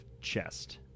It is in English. chest